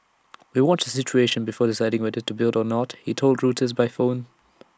we'll watch the situation before deciding whether to build or not he told Reuters by phone